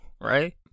Right